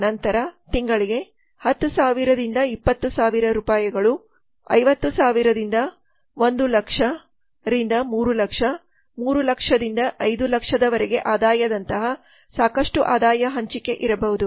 ನಂತರ ತಿಂಗಳಿಗೆ 10000 ದಿಂದ 20000 ರೂಪಾಯಿಗಳು 50000 ರಿಂದ 100000 ರಿಂದ 300000 300000 ರಿಂದ 500000 ರವರೆಗೆ ಆದಾಯದಂತಹ ಸಾಕಷ್ಟು ಆದಾಯ ಹಂಚಿಕೆ ಇರಬಹುದು